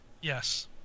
Yes